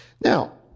Now